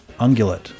ungulate